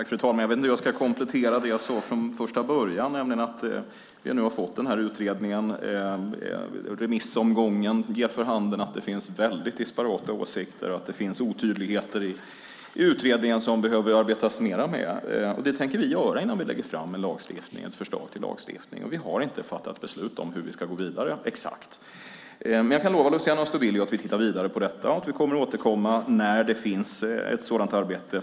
Fru talman! Jag vet inte hur jag ska komplettera det jag sade från första början, nämligen att vi nu har fått den här utredningen. Remissomgången ger för handen att det finns väldigt disparata åsikter och att det finns otydligheter i utredningen som det behöver arbetas mer med. Det tänker vi göra innan vi lägger fram ett förslag till lagstiftning. Vi har inte fattat beslut om hur vi ska gå vidare exakt. Men jag kan lova Luciano Astudillo att vi tittar vidare på detta och att vi kommer att återkomma när det finns ett färdigt sådant arbete.